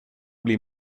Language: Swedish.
blir